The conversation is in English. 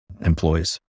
employees